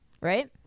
right